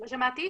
לא שמעתי.